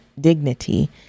dignity